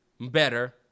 better